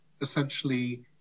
essentially